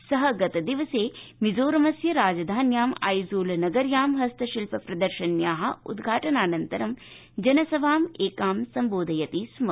सः गतदिवसे मिज़ोरमस्य राजधान्याम् आज्ञॉल् नगर्यां हस्तशिल्प प्रदर्शन्याः उद्घाटनाऽनन्तरं जनसभामेकां सम्बोधयति स्म